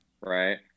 right